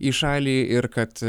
į šalį ir kad